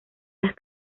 las